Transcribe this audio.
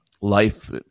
life